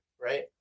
right